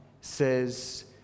says